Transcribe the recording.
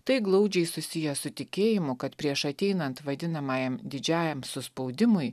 tai glaudžiai susiję su tikėjimu kad prieš ateinant vadinamajam didžiajam suspaudimui